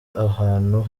ahantu